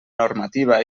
normativa